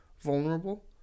vulnerable